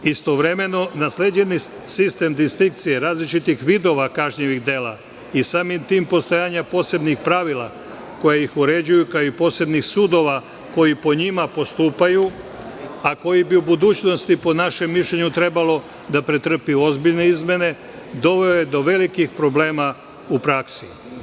Istovremeno, nasleđeni sistem distinkcije različitih vidova kažnjivih dela i samim tim postojanja posebnih pravila, koja ih uređuju kao i posebnih sudova koji po njima postupaju, a koji bi u budućnosti, po našem mišljenju, trebalo da pretrpi ozbiljne izmene, doveo je do velikih problema u praksi.